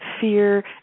fear